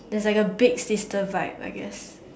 there's like a big sister vibe I guess